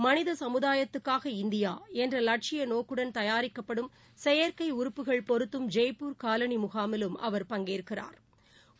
மனித சமுதாயத்துக்காக இந்தியா என்ற லட்சிய நோக்குடன் தயாரிக்கப்படும் செயற்கை உறுப்புகள் பொருத்தும் ஜெய்ப்பூர் காலனி முகாமிலும் அவர் பங்கேற்கிறா்